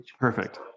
Perfect